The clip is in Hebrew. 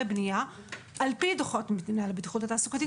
בנייה על פי דוחות מינהל הבטיחות התעסוקתית